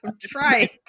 Try